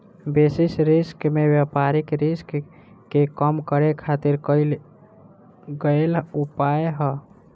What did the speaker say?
basis risk में व्यापारिक risk के कम करे खातिर कईल गयेल उपाय ह